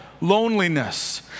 loneliness